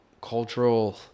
cultural